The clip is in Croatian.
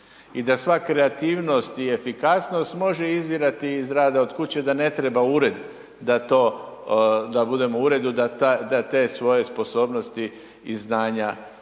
i da sva kreativnost i efikasnost može izvirati iz rada od kuće i da ne treba ured da to, da budemo u uredu da te svoje sposobnosti i znanja i